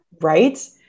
Right